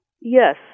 Yes